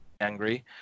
angry